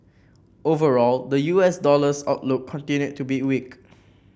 overall the U S dollar's outlook continued to be weak